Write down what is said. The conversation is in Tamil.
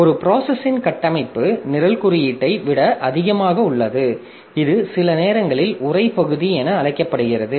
ஒரு ப்ராசஸின் கட்டமைப்பு நிரல் குறியீட்டை விட அதிகமாக உள்ளது இது சில நேரங்களில் உரை பகுதி என அழைக்கப்படுகிறது